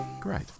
Great